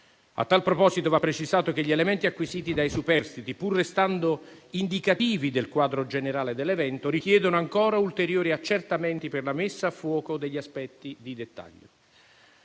A tale proposito, va precisato che gli elementi acquisiti dai superstiti, pur restando indicativi del quadro generale dell'evento, richiedono ancora ulteriori accertamenti per la messa a fuoco degli aspetti di dettaglio.